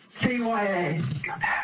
CYA